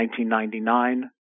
1999